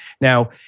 Now